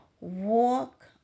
walk